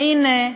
והנה,